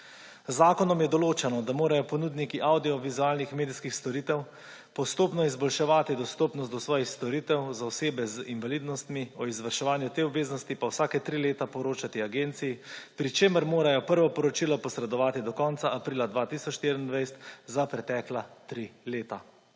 zakonom je določeno, da morajo ponudniki avdiovizualnih medijskih storitev postopno izboljševati dostopnost do svojih storitev za osebe z invalidnostmi, o izvrševanju te obveznosti pa vsaka tri leta poročati agenciji, pri čemer morajo prvo poročilo posredovati do konca aprila 2024 za pretekla tri leta.